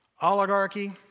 oligarchy